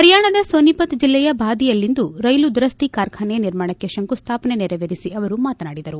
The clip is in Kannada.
ಹರಿಯಾಣದ ಸೋನಿಪತ್ ಜಿಲ್ಲೆಯ ಬಾಧಿಯಲ್ಲಿಂದು ರೈಲು ದುರಸ್ತಿ ಕಾರ್ಖಾನೆ ನಿರ್ಮಾಣಕ್ಕೆ ಶಂಕು ಸ್ಥಾಪನೆ ನೆರವೇರಿಸಿ ಅವರು ಮಾತನಾಡಿದರು